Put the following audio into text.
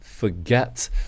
forget